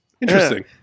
interesting